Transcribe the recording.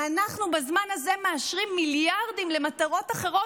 ואנחנו בזמן הזה מאשרים מיליארדים למטרות אחרות,